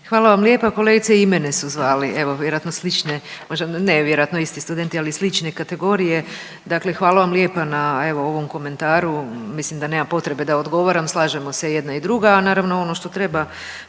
Hvala lijepo. Kolegice i mene su zvali, vjerojatne slične ne vjerojatno isti studenti ali slične kategorije. Dakle, hvala vam lijepa na ovom komentaru, mislim da nema potrebe da odgovaram slažemo se i jedna i druga. A naravno ono što trebamo